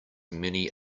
many